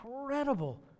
incredible